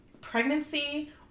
pregnancy